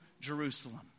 Jerusalem